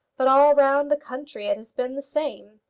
but all round the country it has been the same.